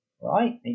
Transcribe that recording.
right